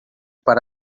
para